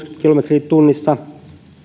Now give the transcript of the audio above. kilometriä tunnissa